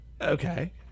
Okay